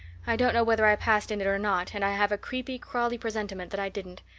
i don't know whether i passed in it or not and i have a creepy, crawly presentiment that i didn't.